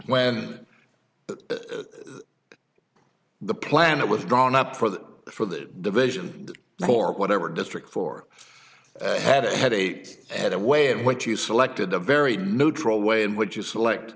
when the plan that was drawn up for the for that division for whatever district for had a headache and the way in which you selected the very neutral way in which you select